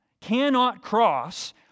cannot-cross